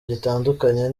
gitandukanye